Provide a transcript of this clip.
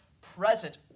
present